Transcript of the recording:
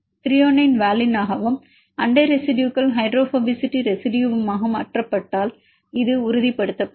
Thr வாலினாகவும் அண்டை ரெசிடுயுகள் ஹைட்ரோபோபசிட்டி ரெசிடுயுவாகவும் மாற்றப்பட்டால் இது உறுதிப்படுத்தப்படும்